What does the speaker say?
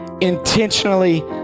intentionally